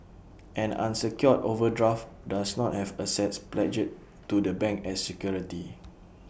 an unsecured overdraft does not have assets pledged to the bank as security